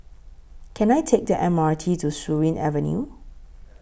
Can I Take The M R T to Surin Avenue